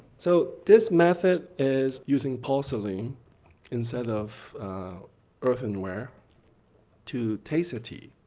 so this method is using porcelain instead of earthenware to taste the tea